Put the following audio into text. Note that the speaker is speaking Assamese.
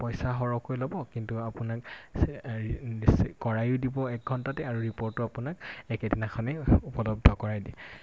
পইচা সৰহকৈ ল'ব কিন্তু আপোনাক কৰায়ো দিব এক ঘণ্টাতে আৰু ৰিপৰ্টো আপোনাক একেদিনাখনেই উপলব্ধ কৰাই দিয়ে